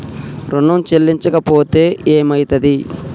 ఋణం చెల్లించకపోతే ఏమయితది?